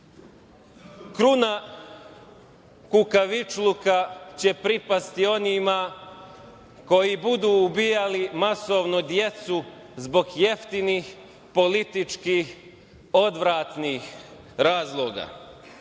kukavičluka će pripasti onima koji budu ubijali masovno decu zbog jeftinih političkih odvratnih razloga.